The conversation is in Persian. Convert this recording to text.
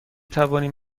توانیم